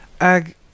Ag